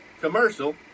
commercial